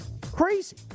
Crazy